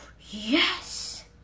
Yes